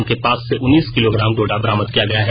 उनके पास से उन्नीस किलोग्राम डोडा बरामद किया गया है